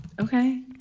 Okay